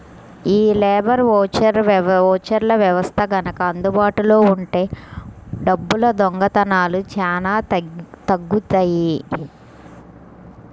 యీ లేబర్ ఓచర్ల వ్యవస్థ గనక అందుబాటులో ఉంటే డబ్బుల దొంగతనాలు చానా తగ్గుతియ్యి